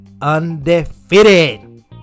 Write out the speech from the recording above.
undefeated